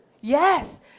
Yes